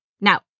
Now